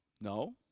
No